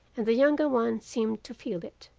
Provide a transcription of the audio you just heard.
and the younger one seemed to feel it.